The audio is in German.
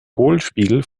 hohlspiegel